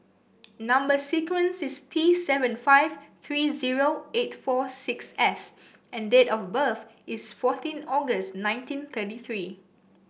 number sequence is T seven five three zero eight four six S and date of birth is fourteen August nineteen thirty three